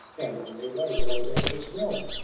bound on their way below to hela's realm.